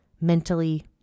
mentally